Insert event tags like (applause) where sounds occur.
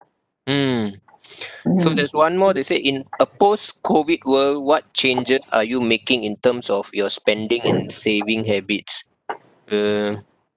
mm (breath) so there's one more they said in a post COVID world what changes are you making in terms of your spending and saving habits uh